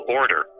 order